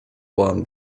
blown